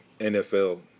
nfl